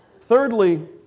Thirdly